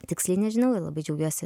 tiksliai nežinau labai džiaugiuosi